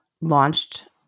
launched